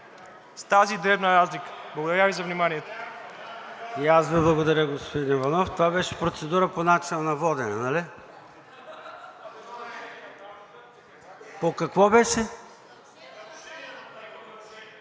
с тази дребна разлика. Благодаря Ви за вниманието.